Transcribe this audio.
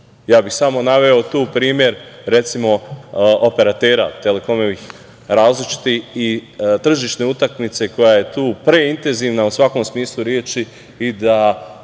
Ja bih samo naveo tu primer recimo operatera različitih i tržišne utakmice koja je tu preintenzivna u svakom smislu reči i da